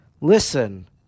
listen